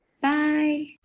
Bye